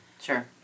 Sure